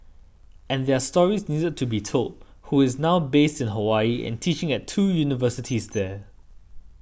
and their stories needed to be told who is now based in Hawaii and teaching at two universities there